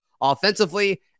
offensively